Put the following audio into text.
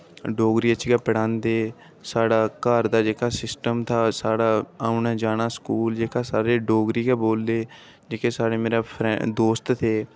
डोगरी च गै पढ़ांदे साढ़ा घर दा जेह्का सिस्टम था साढ़ा औना जाना स्कूल जेह्रका साढ़े डोगरी गै बोलदे जेह्के साढ़े मेरे फ्रैंड मेरे दोस्त थे